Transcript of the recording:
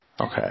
Okay